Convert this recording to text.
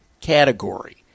category